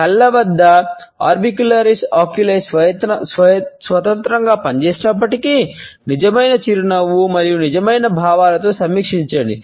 కళ్ళ వద్ద orbicularis oculi స్వతంత్రంగా పనిచేసినప్పటికీ నిజమైన చిరునవ్వు యొక్క నిజమైన భావాలతో సమీక్షించండి